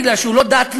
כי הוא לא דת,